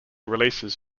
releases